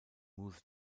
moose